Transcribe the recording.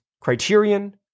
criterion